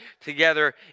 together